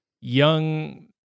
young